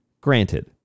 Granted